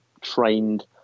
trained